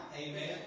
Amen